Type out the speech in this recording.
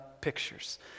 pictures